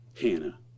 Hannah